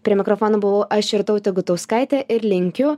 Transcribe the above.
prie mikrofono buvau aš irtautė gutauskaitė ir linkiu